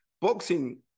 boxing